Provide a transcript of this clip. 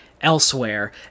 Elsewhere